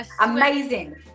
amazing